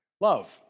love